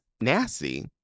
nasty